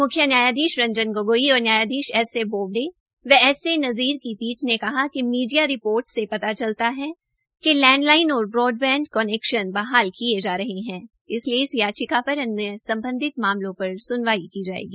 मख्य न्यायाधीश रंजन गोगोई और न्यायाधीश एस ए बोबडे व एस ए वज़ीर की पीठ ने कहा कि मीडिया रिपोर्ट से पता चलता है कि लैंडलाइन और ब्रोडबैंड कनैक्शन बहाल किये जा रहे है इसलिए इस याचिका पर अन्य सम्बधित मामलों पर स्नवाई की जायेगी